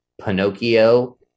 pinocchio